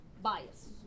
bias